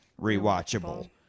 rewatchable